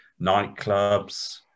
nightclubs